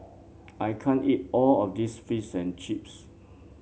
I can't eat all of this Fish and Chips